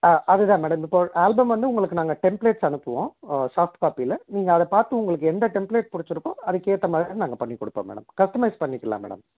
ஆ அது தான் மேடம் இப்போ ஆல்பம் வந்து உங்களுக்கு நாங்கள் டெம்ப்லேட்ஸ் அனுப்புவோம் சாஃப்ட் காப்பியில நீங்கள் அதை பார்த்து உங்களுக்கு எந்த டெம்ப்லேட்ஸ் பிடிச்சிருக்கோ அதுக்கேற்ற மாதிரி நாங்கள் பண்ணிக்கொடுப்போம் மேடம் கஸ்டமைஸ் பண்ணிக்கலாம் மேடம்